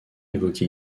évoqué